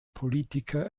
politiker